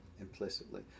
implicitly